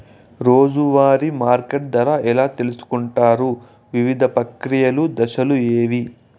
రోజూ వారి మార్కెట్ ధర ఎలా తెలుసుకొంటారు వివిధ ప్రక్రియలు దశలు ఏవి?